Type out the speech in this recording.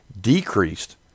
decreased